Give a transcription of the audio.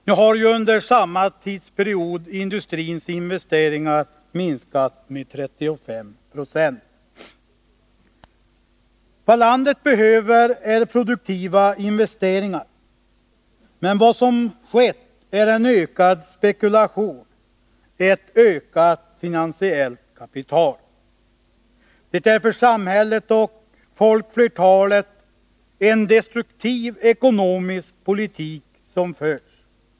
Nu har ju, under samma tidsperiod, industrins investeringar minskat med 35 90. Vad landet behöver är produktiva investeringar, men vad som skett är en ökad spekulation, det finansiella kapitalet har ökat. Det är en för samhället och folkflertalet destruktiv ekonomisk politik som förts.